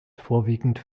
vorwiegend